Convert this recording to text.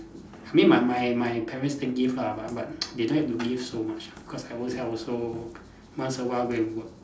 I mean my my my parents did give ah but but they don't need to give so much ah cause I own self also once a while go and work